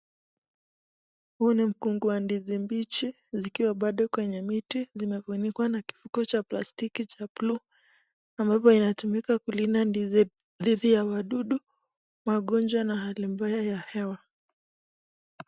Huu ni mkungu wa ndizi mbichi zikiwa bado kwenye miti zimefunikwa na kifungu cha plastiki cha buluu ambapo inatumika kulinda ndizi, wadudu, magonjwa na hali mbaya ya hewa.